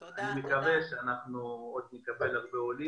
נקווה שנקבל עוד הרבה עולים.